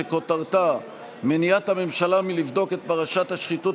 שכותרתה: מניעת הממשלה לבדוק את פרשת השחיתות